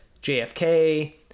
JFK